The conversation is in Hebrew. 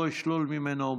לא אשלול ממנו.